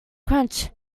crunch